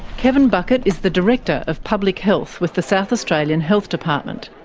kevin buckett is the director of public health with the south australian health department.